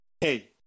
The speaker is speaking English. hey